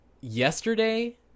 yesterday